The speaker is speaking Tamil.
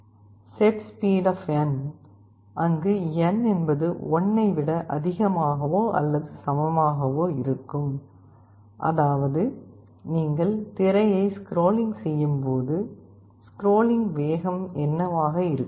setSpeed அங்கு n என்பது 1 ஐ விட அதிகமாகவோ அல்லது சமமாகவோ இருக்கும் அதாவது நீங்கள் திரையை ஸ்க்ரோலிங் செய்யும் போது ஸ்க்ரோலிங் வேகம் என்னவாக இருக்கும்